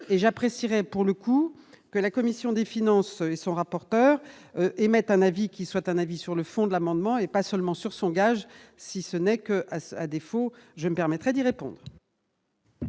et j'apprécierais pour le coup que la commission des finances, et son rapporteur émettent un avis qui soit un avis sur le fond de l'amendement et pas seulement sur son gage, si ce n'est que, à défaut, je me permettrai d'y répondre.